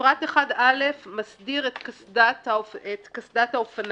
פרק 1א מסדיר את קסדת האופניים,